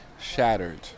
shattered